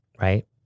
right